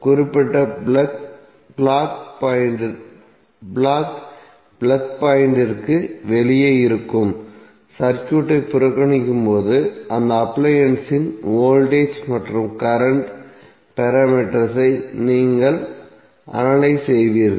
குறிப்பிட்ட plug block plug பாயிண்டிற்கு வெளியே இருக்கும் சர்க்யூட்டை புறக்கணிக்கும்போது அந்த அப்ளையன்ஸ் இன் வோல்டேஜ் மற்றும் கரண்ட் பாராமீட்டர்ஸ் ஐ நீங்கள் அனலைஸ் செய்வீர்கள்